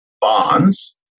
bonds